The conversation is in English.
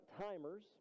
timers